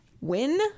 win